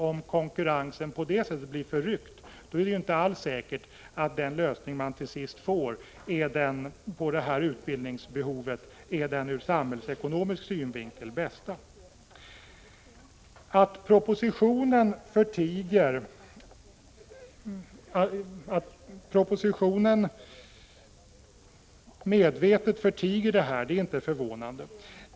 Om konkurrensen på det sättet blir förryckt är det inte alls säkert att den lösning man till sist väljer för att täcka det aktuella utbildningsbeho vet är den ur samhällsekonomisk synvinkel bästa. Att propositionen medvetet förtiger detta är inte förvånande.